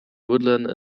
woodland